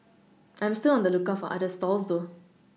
I'm still on the lookout for other stalls though